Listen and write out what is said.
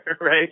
Right